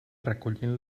recollint